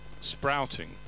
sprouting